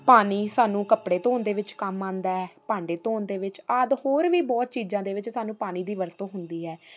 ਪਾਣੀ ਸਾਨੂੰ ਕੱਪੜੇ ਧੋਣ ਦੇ ਵਿੱਚ ਕੰਮ ਆਉਂਦਾ ਭਾਂਡੇ ਧੋਣ ਦੇ ਵਿੱਚ ਆਦਿ ਹੋਰ ਵੀ ਬਹੁਤ ਚੀਜ਼ਾਂ ਦੇ ਵਿੱਚ ਸਾਨੂੰ ਪਾਣੀ ਦੀ ਵਰਤੋਂ ਹੁੰਦੀ ਹੈ